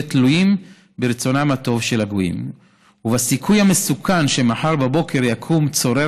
תלויים ברצונם הטוב של הגויים ובסיכוי המסוכן שמחר בבוקר יקום צורר